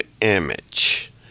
image